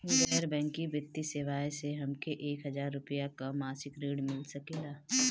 गैर बैंकिंग वित्तीय सेवाएं से हमके एक हज़ार रुपया क मासिक ऋण मिल सकेला?